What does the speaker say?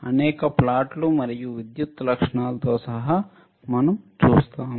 అనేక ప్లాట్లు మరియు విద్యుత్ లక్షణాలతో సహా మనము చూసాము